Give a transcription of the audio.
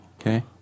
Okay